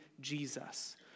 Jesus